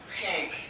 pink